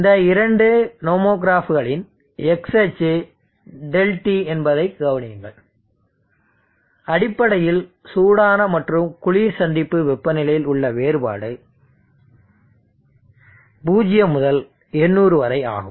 இந்த இரண்டு நோமோகிராஃப்களின் x அச்சு Δt என்பதைக் கவனியுங்கள் அடிப்படையில் சூடான மற்றும் குளிர் சந்திப்பு வெப்பநிலையில் உள்ள வேறுபாடு 0 முதல் 800 வரை ஆகும்